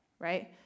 right